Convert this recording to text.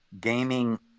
gaming